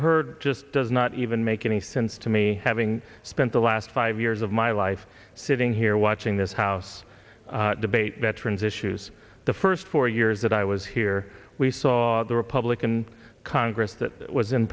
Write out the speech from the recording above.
heard just does not even make any sense to me having spent the last five years of my life sitting here watching this house debate veterans issues the first four years that i was here we saw the republican congress that was in